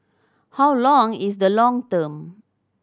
how long is the long term